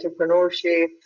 entrepreneurship